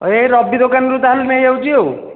ଏ ରବି ଦୋକାନରୁ ତାହେଲେ ନେଇଯାଉଛି ଆଉ